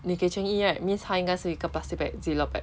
你给 cheng yi right means 它应该是一个 plastic bag ziplock bag